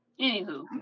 Anywho